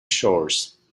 shores